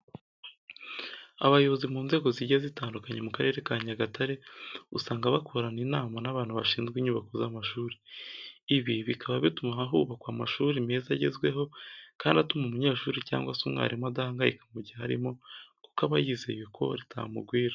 Abayobozi mu nzego zigiye zitandukanye mu Karere ka Nyagatare usanga bakorana inama n'abantu bashyinzwe inyubako z'amashuri. Ibi bikaba bituma hubakwa amashuri meza agezweho kandi atuma umunyeshuri cyangwa se umwarimu adahangayika mu gihe aririmo kuko aba yizeye ko ritamugwira.